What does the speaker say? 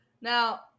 Now